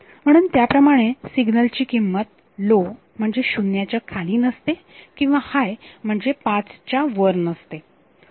म्हणून त्याप्रमाणे सिग्नल ची किंमत लो म्हणजे शून्याच्या खाली नसते किंवा हाय म्हणजे पाचच्या वर नसते